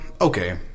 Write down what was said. Okay